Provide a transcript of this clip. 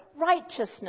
Righteousness